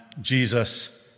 Jesus